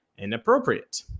inappropriate